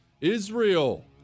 Israel